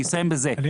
אני אסיים בזה,